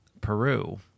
Peru